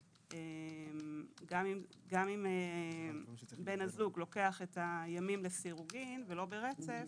שגם אם בן הזוג לוקח את הימים לסירוגין ולא ברצף,